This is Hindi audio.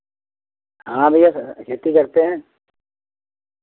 हाँ भैया खेती करते हैं